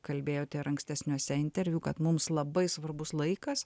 kalbėjote ir ankstesniuose interviu kad mums labai svarbus laikas